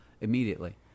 immediately